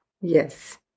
Yes